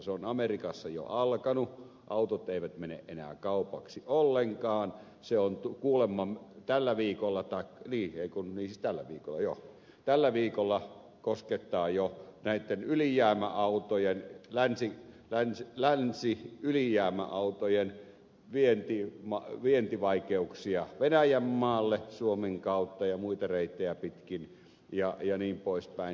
se on amerikassa jo alka nut autot eivät mene enää kaupaksi ollenkaan sijoitu kuoleman tällä viikolla tai liike kun niistä läpi se kuulemma tällä viikolla koskettaa jo käytetty liian autojen länsi tai länsi ylijäämäautojen näitten länsiylijäämäautojen vientivaikeuksia venäjänmaalle suomen kautta ja muita reittejä pitkin jnp